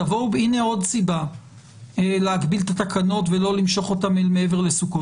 הנה עוד סיבה להגביל את התקנות ולא למשוך אותן אל מעבר לסוכות,